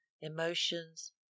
Emotions